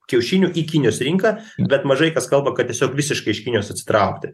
kiaušinių į kinijos rinką bet mažai kas kalba kad tiesiog visiškai iškinijos atsitraukti